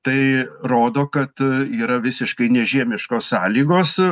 tai rodo kad yra visiškai nežiemiškos sąlygos